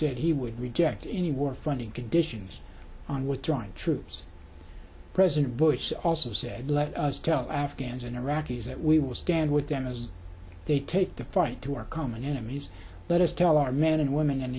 said he would reject any war funding conditions on withdrawing troops president bush also said let us tell afghans and iraqis that we will stand with them as they take the fight to our common enemies but as tell our men and women in